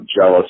jealous